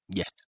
yes